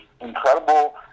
incredible